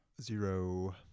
Zero